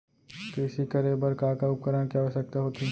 कृषि करे बर का का उपकरण के आवश्यकता होथे?